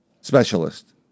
specialist